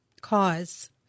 cause